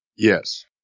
Yes